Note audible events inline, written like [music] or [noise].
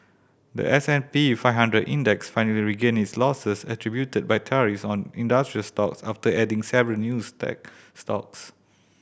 the S and P five hundred Index finally regained its losses attributed by tariffs on industrial stock after adding several new [unintelligible] stocks